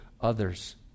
others